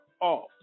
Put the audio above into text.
off